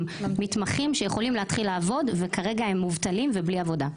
מתמחים שיכולים להתחיל לעבוד וכרגע הם מובטלים ובלי עבודה.